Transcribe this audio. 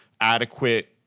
adequate